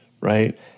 right